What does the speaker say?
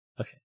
Okay